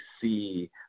see